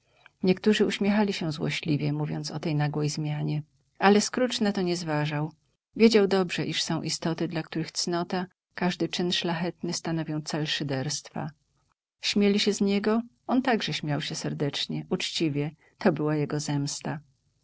niektórzy uśmiechali się złośliwie mówiąc o tej nagłej zmianie ale scrooge na to nie zważał wiedział dobrze iż są istoty dla których cnota każdy czyn szlachetny stanowią cel szyderstwa śmieli się z niego on także śmiał się serdecznie uczciwie to była jego zemsta